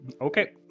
Okay